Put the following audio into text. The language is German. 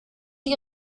die